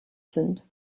sind